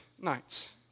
nights